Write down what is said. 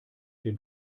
den